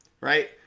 right